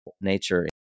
nature